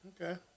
Okay